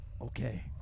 Okay